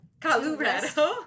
Colorado